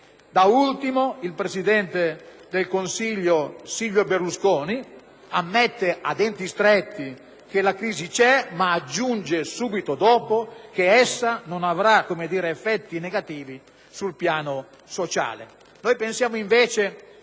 Da ultimo, il presidente del Consiglio, Silvio Berlusconi, ammette a denti stretti che la crisi c'è ma aggiunge, subito dopo, che essa non avrà effetti negativi sul piano sociale.